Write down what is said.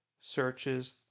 searches